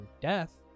death